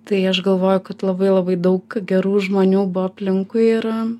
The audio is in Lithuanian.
tai aš galvoju kad labai labai daug gerų žmonių buvo aplinkui ir